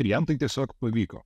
ir jam tai tiesiog pavyko